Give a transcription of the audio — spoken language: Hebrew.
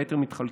והיתר מתחלקים.